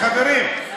חברים.